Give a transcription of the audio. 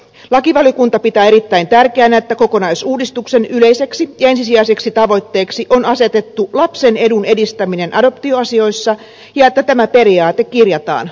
lakivaliokunta pitää erittäin tärkeänä että kokonaisuudistuksen yleiseksi ja ensisijaiseksi tavoitteeksi on asetettu lapsen edun edistäminen adoptioasioissa ja että tämä periaate kirjataan lakiin